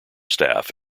staff